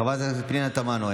חברת הכנסת פנינה תמנו,